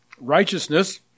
Righteousness